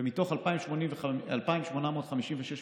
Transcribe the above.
ומתוך 2,856 מכסות,